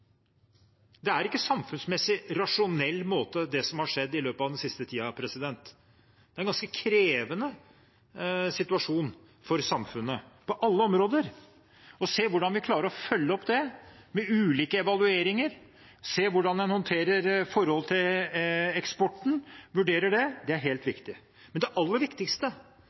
Det er ikke en samfunnsmessig rasjonell måte, det som har skjedd i løpet av den siste tiden. Det er en ganske krevende situasjon for samfunnet på alle områder. Å se hvordan vi klarer å følge det opp med ulike evalueringer, se hvordan en håndterer og vurderer forholdet til eksporten, er viktig. Men det aller viktigste